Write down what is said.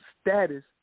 status